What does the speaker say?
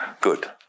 good